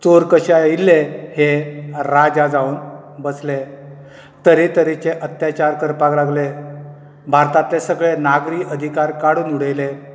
चोर कशें आयिल्ले हे राजा जावन बसले तरेतरेचे अत्याचार करपाक लागले भारतांतले सगळे नागरी अधिकार काडून उडयले